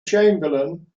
chamberlain